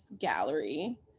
Gallery